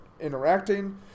interacting